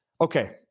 Okay